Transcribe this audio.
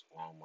Walmart